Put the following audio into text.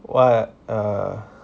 what err